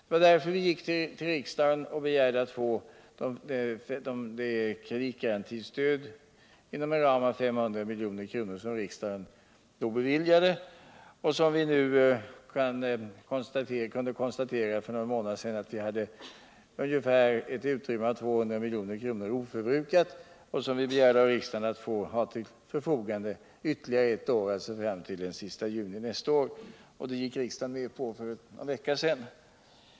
Det var därför vi gick till riksdagen och begärde att få det kreditgarantistöd inom en ram av 500 milj.kr. som riksdagen då beviljade och där vi för några månader sedan kunde konstatera alt vi hade ungefär 200 milj. oförbrukade, och som vi av riksdagen begärde att få ha till förfogande ytterligare eu år, alltså fram 1. o. m. den 30 juni nästa år. Det gick riksdagen med på för någon vecka sedan.